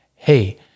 Hey